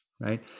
right